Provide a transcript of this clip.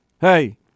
hey